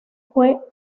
fue